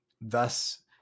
thus